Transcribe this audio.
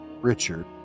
Richard